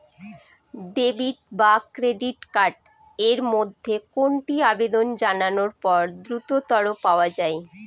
Debit এবং credit card এর মধ্যে কোনটি আবেদন জানানোর পর দ্রুততর পাওয়া য়ায়?